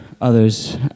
others